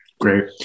Great